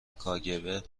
کاگب